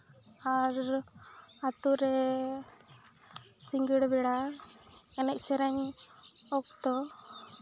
ᱟᱨ ᱟᱹᱛᱩ ᱨᱮ ᱥᱤᱸᱜᱟᱹᱲ ᱵᱮᱲᱟ ᱮᱱᱮᱡ ᱥᱮᱨᱮᱧ ᱚᱠᱛᱚ